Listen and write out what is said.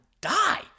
die